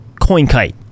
CoinKite